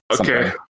Okay